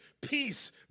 Peace